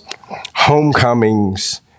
homecomings